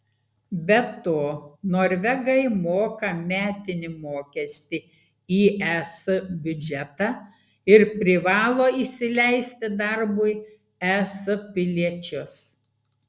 be to norvegai moka metinį mokestį į es biudžetą ir privalo įsileisti darbui es piliečius